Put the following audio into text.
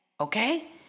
okay